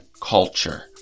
culture